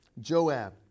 Joab